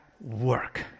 work